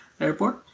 Airport